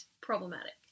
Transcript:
problematic